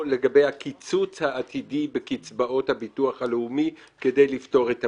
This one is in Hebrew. היא הקיצוץ העתידי בקצבאות הביטוח הלאומי כדי לפתור את הבעיה.